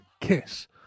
Kiss